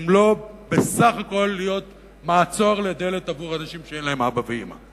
אם לא בסך הכול להיות מעצור לדלת עבור אנשים שאין להם אבא ואמא?